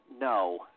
no